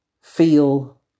feel